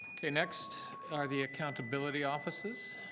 next are the accountability offices.